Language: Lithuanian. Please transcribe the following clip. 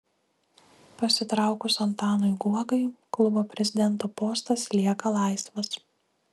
pasitraukus antanui guogai klubo prezidento postas lieka laisvas